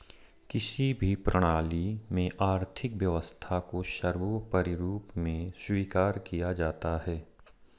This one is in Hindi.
किसी भी प्रणाली में आर्थिक व्यवस्था को सर्वोपरी रूप में स्वीकार किया जाता है